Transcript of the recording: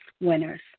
winners